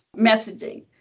messaging